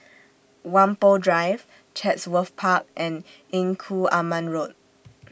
Whampoa Drive Chatsworth Park and Engku Aman Road